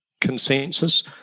consensus